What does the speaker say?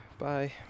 Bye